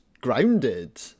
grounded